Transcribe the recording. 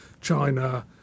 China